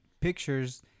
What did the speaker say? pictures